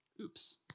Oops